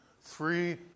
three